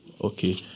Okay